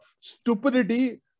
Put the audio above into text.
stupidity